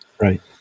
Right